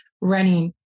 running